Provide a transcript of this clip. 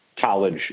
college